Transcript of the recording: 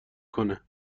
کنه